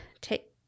take